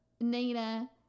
Nina